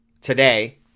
today